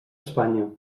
espanya